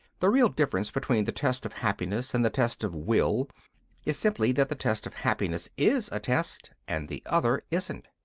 the real difference between the test of happiness and the test of will is simply that the test of happiness is a test and the other isn't.